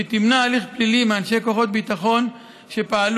שתמנע הליך פלילי מאנשי כוחות הביטחון שפעלו